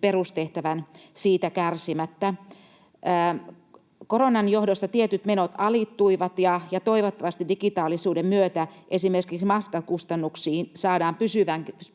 perustehtävän siitä kärsimättä. Koronan johdosta tietyt menot alittuivat, ja toivottavasti digitaalisuuden myötä esimerkiksi matkakustannuksiin saadaan